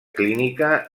clínica